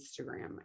Instagram